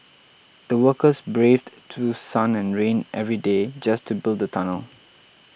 the workers braved through sun and rain every day just to build the tunnel